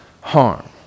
harm